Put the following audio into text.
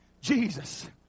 Jesus